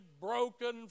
broken